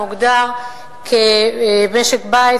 מוגדר כמשק-בית,